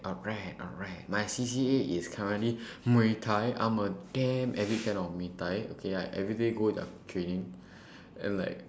alright alright my C_C_A is currently muay-thai I'm a damn avid fan of muay-thai okay I everyday go their training and like